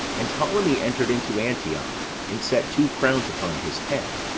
and ptolemee entered into antioch, and set two crowns upon his head,